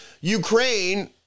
Ukraine